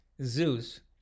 Zeus